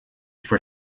for